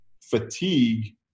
fatigue